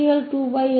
s3